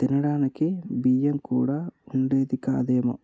తినడానికి బియ్యం కూడా వుండేది కాదేమో